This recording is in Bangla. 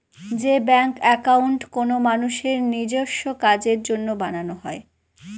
যে ব্যাঙ্ক একাউন্ট কোনো মানুষের নিজেস্ব কাজের জন্য বানানো হয়